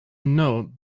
know